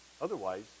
Otherwise